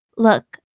Look